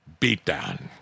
beatdown